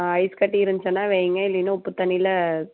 ice கட்டி இருந்துச்சின்னா வையுங்க இல்லைன்னா உப்பு தண்ணியில்